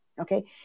Okay